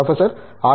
professor R